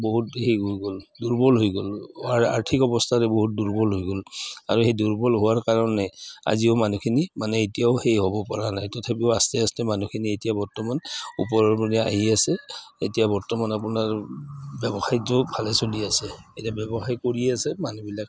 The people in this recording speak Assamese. বহুত হেৰি হৈ গ'ল দুৰ্বল হৈ গ'ল আৰ্থিক অৱস্থাৰে বহুত দুৰ্বল হৈ গ'ল আৰু সেই দুৰ্বল হোৱাৰ কাৰণে আজিও মানুহখিনি মানে এতিয়াও সেই হ'ব পৰা নাই তথাপিও আস্তে আস্তে মানুহখিনি এতিয়া বৰ্তমান আহি আছে এতিয়া বৰ্তমান আপোনাৰ ব্যৱসায়টো ভালে চলি আছে এতিয়া ব্যৱসায় কৰি আছে মানুহবিলাক